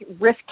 risk